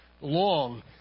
long